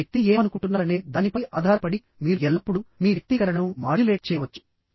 అవతలి వ్యక్తి ఏమనుకుంటున్నారనే దానిపై ఆధారపడి మీరు ఎల్లప్పుడూ మీ వ్యక్తీకరణను మాడ్యులేట్ చేయవచ్చు